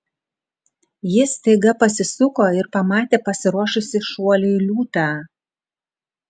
jis staiga pasisuko ir pamatė pasiruošusį šuoliui liūtą